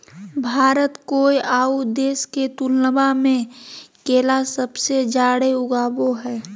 भारत कोय आउ देश के तुलनबा में केला सबसे जाड़े उगाबो हइ